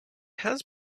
has